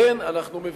כן, אנחנו מבקשים,